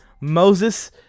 Moses